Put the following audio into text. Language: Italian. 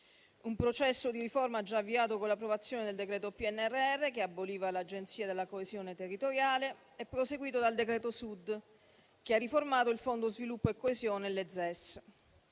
un processo di riforma già avviato con l'approvazione del decreto PNRR, che aboliva l'Agenzia della coesione territoriale, e proseguito dal decreto Sud, che ha riformato il Fondo sviluppo e coesione e le ZES.